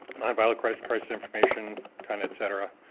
nonviolent crisis crisis information, kind of et cetera.